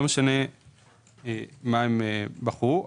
לא משנה מה הם בחרו.